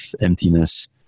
emptiness